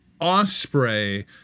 Osprey